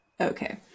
Okay